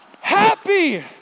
happy